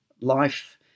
life